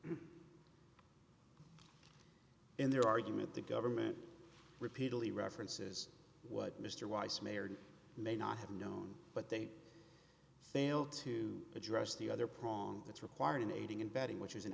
in their argument the government repeatedly references what mr weiss may or may not have known but they failed to address the other prong that's required in aiding and abetting which is an